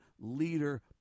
leader